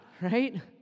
right